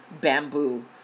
bamboo